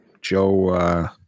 Joe